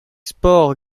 sports